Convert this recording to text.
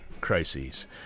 crises